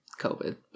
COVID